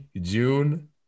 June